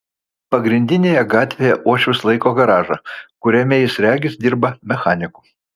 pagrindinėje gatvėje uošvis laiko garažą kuriame jis regis dirba mechaniku